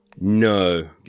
No